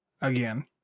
again